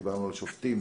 דיברנו על שופטים,